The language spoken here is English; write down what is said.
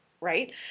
Right